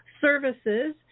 services